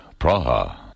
Praha